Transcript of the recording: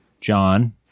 john